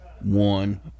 one